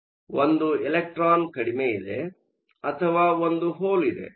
ಅದರಲ್ಲಿ ಒಂದು ಎಲೆಕ್ಟ್ರಾನ್ ಕಡಿಮೆ ಇದೆ ಅಥವಾ ಒಂದು ಹೋಲ್ ಇದೆ